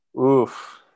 Oof